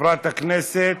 חברת הכנסת